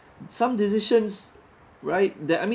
some decisions right that I mean